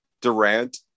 Durant